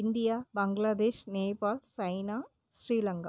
India Bangladesh Nepal China Sri Lanka